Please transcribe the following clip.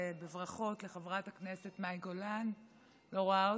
בברכות לחברת הכנסת מאי גולן, אני לא רואה אותה.